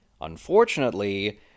Unfortunately